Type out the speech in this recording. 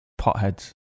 potheads